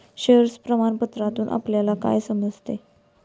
Share प्रमाण पत्रातून आपल्याला काय समजतं?